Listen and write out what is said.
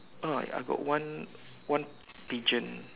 ah I got one one pigeon